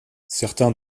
certains